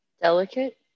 Delicate